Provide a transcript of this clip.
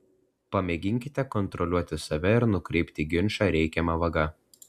pamėginkite kontroliuoti save ir nukreipti ginčą reikiama vaga